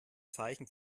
zeichen